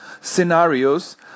scenarios